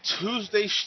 Tuesday